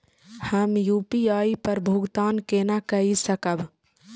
हम यू.पी.आई पर भुगतान केना कई सकब?